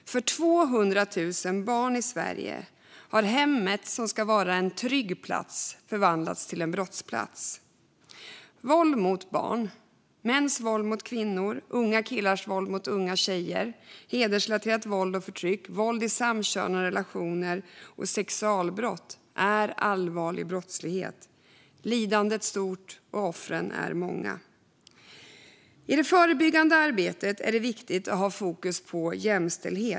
För 200 000 barn i Sverige har hemmet, som ska vara en trygg plats, förvandlats till en brottsplats. Våld mot barn, mäns våld mot kvinnor, unga killars våld mot unga tjejer, hedersrelaterat våld och förtryck, våld i samkönade relationer och sexualbrott är allvarlig brottslighet. Lidandet är stort, och offren är många. I det förebyggande arbetet är det viktigt att ha fokus på jämställdhet.